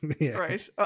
Right